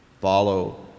follow